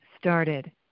started